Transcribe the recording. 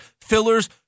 fillers